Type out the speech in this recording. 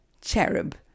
Cherub